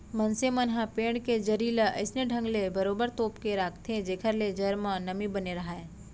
मनसे मन ह पेड़ के जरी ल अइसने ढंग ले बरोबर तोप के राखथे जेखर ले जर म नमी बने राहय